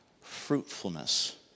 fruitfulness